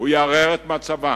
הוא יערער את מצבם,